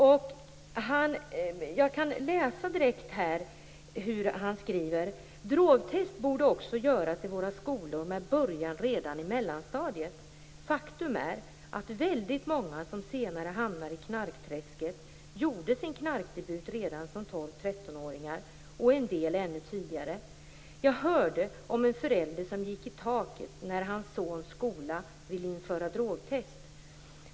Jag skall läsa upp det som han skriver: "Drogtest borde också göras i våra skolor med början redan i mellanstadiet. Faktum är att väldigt många som senare hamnar i knarkträsket gjorde sin knarkdebut redan som 12-13-åringar och en del ännu tidigare. Jag hörde om en förälder som gick i taket när hans sons skola ville införa drogtest.